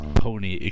Pony